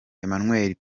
emmanuel